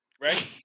Right